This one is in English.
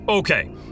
Okay